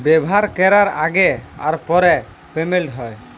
ব্যাভার ক্যরার আগে আর পরে পেমেল্ট হ্যয়